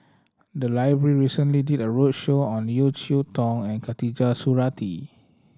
the library recently did a roadshow on Yeo Cheow Tong and Khatijah Surattee